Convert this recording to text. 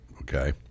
okay